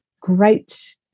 great